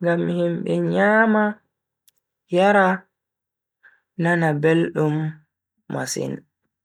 ngam himbe nyama yara nana beldum masin.